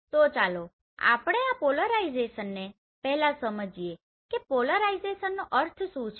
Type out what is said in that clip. તો ચાલો આપણે આ પોલારાઇઝેશન ને પહેલા સમજીએ કે પોલારાઇઝેશન નો અર્થ શું છે